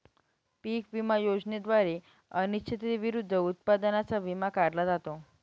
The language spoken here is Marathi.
पीक विमा योजनेद्वारे अनिश्चिततेविरुद्ध उत्पादनाचा विमा काढला जातो